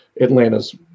Atlanta's